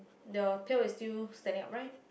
your pail is still standing up right